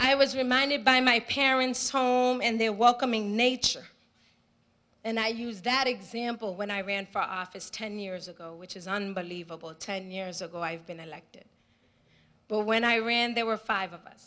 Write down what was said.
i was reminded by my parents home and their welcoming nature and i use that example when i ran for office ten years ago which is unbelievable ten years ago i've been elected but when i ran there were five of us